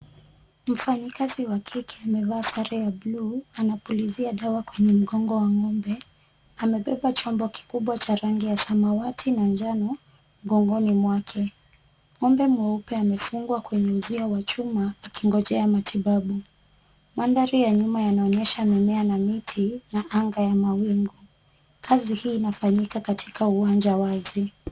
Mfanyikazi wa kike, amevaa sare ya bluu, anapulizia dawa kwenye mgongo wa ng'ombe. Amebeba chombo kikubwa cha rangi ya samawati na njano, mgongoni mwake. Ng'ombe mweupe amefungwa kwenye uzio wa chuma, akingojea matibabu. Mandhari ya nyuma yanaonyesha mimea na miti na anga ya mawingu. Kazi hii inafanyika katika uwanja wazi.